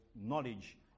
knowledge